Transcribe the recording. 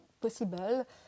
possible